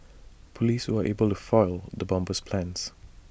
Police were able to foil the bomber's plans